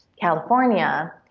California